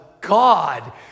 God